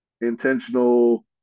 intentional